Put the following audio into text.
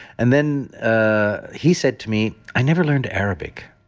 and then ah he said to me, i never learned arabic.